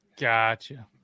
Gotcha